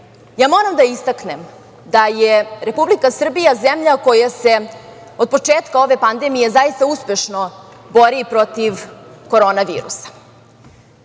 ja moram da istaknem da je Republika Srbija zemlja koja se od početka ove pandemije zaista uspešno bori protiv korona virusa. Mi